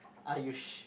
are you sh~